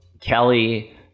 Kelly